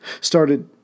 started